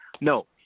no